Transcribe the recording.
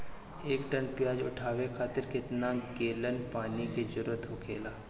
एक टन प्याज उठावे खातिर केतना गैलन पानी के जरूरत होखेला?